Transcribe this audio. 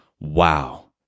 Wow